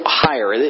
higher